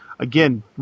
Again